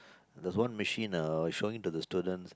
there's one machine uh I was showing to the students